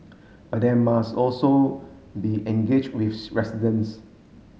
but there must also be engage with residents